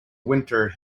winter